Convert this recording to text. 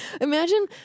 Imagine